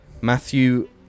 Matthew